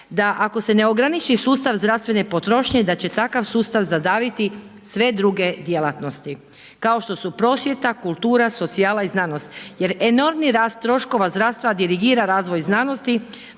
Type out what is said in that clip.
da ako se ne ograniči sustav zdravstvene potrošnje da će takav sustav zadaviti sve druge djelatnosti kao što su prosvjeta, kultura, socijala i znanost. Jer enormni rast troškova zdravstva dirigira razvoj znanosti